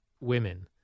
women